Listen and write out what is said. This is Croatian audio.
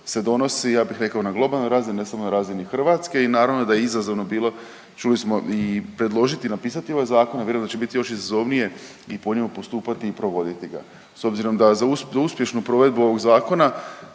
se donosi ja bih rekao na globalnoj razini, ne samo na razini Hrvatske i naravno da je izazovno bilo čuli smo i predložiti i napisati ovaj zakon, a vjerujem da će biti još izazovnije po njemu postupati i provoditi ga s obzirom da za uspješnu provedbu ovog zakona